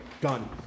done